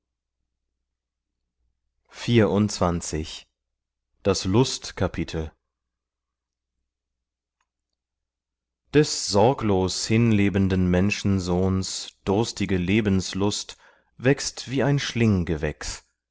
lust kapitel des sorglos hinlebenden menschensohns durstige lebenslust wächst wie ein schlinggewächs